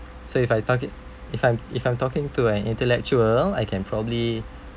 so if I target if I'm if I'm talking to an intellectual I can probably